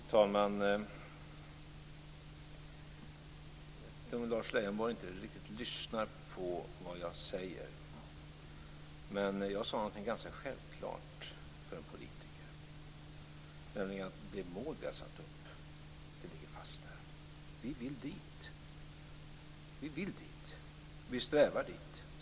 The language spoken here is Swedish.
Fru talman! Jag vet inte om Lars Leijonborg inte riktigt lyssnar på vad jag säger, men jag sade någonting ganska självklart för en politiker, nämligen att det mål vi har satt upp ligger fast. Vi vill dit! Vi vill dit. Vi strävar dit.